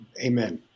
Amen